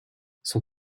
son